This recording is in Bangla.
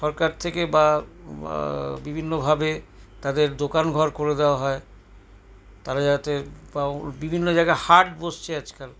সরকার থেকে বা বিভিন্নভাবে তাদের দোকান ঘর করে দেওয়া হয় তারা যাতে বিভিন্ন হাট বসছে আজকাল